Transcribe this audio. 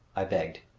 i begged.